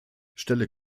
stelle